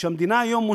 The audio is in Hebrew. היום המדינה מוציאה,